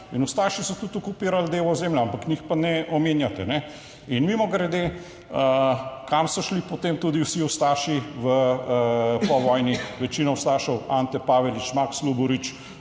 ustaši so tudi okupirali del ozemlja, ampak njih pa ne omenjate. In mimogrede, kam so šli potem tudi vsi ustaši v, po vojni, večina ustašev, Ante Pavelić, Maks Luborič,